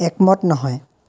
একমত নহয়